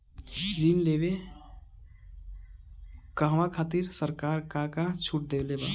ऋण लेवे कहवा खातिर सरकार का का छूट देले बा?